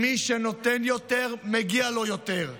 מי שנותן יותר, מגיע לו יותר.